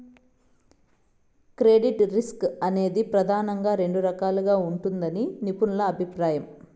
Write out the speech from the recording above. credit risk అనేది ప్రెదానంగా రెండు రకాలుగా ఉంటదని నిపుణుల అభిప్రాయం